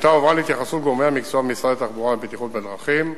השאילתא הועברה להתייחסות גורמי המקצוע במשרד התחבורה והבטיחות בדרכים.